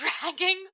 dragging